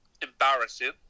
embarrassing